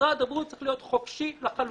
משרד הבריאות צריך להיות חופשי לחלוטין.